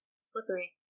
slippery